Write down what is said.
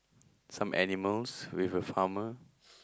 some animals with a farmer